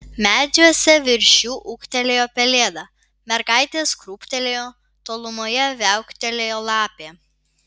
medžiuose virš jų ūktelėjo pelėda mergaitės krūptelėjo tolumoje viauktelėjo lapė